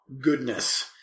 goodness